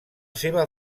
seva